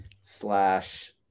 slash